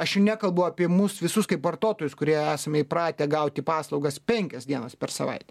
aš čia nekalbu apie mus visus kaip vartotojus kurie esame įpratę gauti paslaugas penkias dienas per savaitę